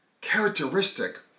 characteristic